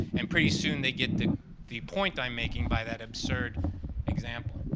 and pretty soon they get the the point i'm making by that absurd example.